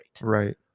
Right